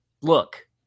Look